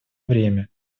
время